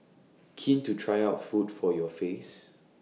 keen to try out food for your face